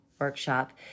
workshop